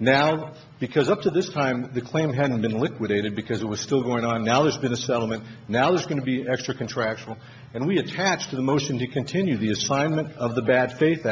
now because up to this time the claim hadn't been liquidated because it was still going on now there's been a settlement now there's going to be extra contractual and we attach to the motion to continue the assignment of the bad faith